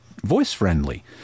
voice-friendly